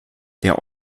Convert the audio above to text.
der